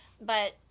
but-